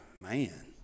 man